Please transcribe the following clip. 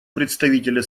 представителя